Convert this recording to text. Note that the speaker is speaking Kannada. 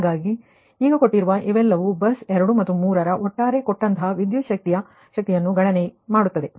ಹಾಗಾಗಿ ಈಗ ಕೊಟ್ಟಿರುವ ಇವೆಲ್ಲವೂ ಬಸ್ 2 ಮತ್ತು 3 ರ ಒಟ್ಟಾರೆ ಕೊಟ್ಟಂತಹ ವಿದ್ಯುತ್ ಶಕ್ತಿಯನ್ನು ಗಣನೆ ಮಾಡುತ್ತದೆ